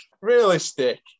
Realistic